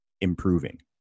improving